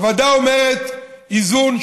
הוועדה אומרת איזון,